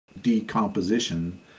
decomposition